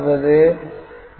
B' S'